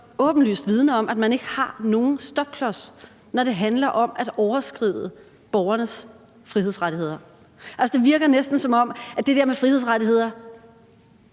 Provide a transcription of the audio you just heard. åbenlyst vidner om, at man ikke har nogen stopklods, når det handler om at overskride borgernes frihedsrettigheder. Altså, det virker næsten, som om det der med frihedsrettigheder